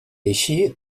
així